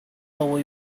over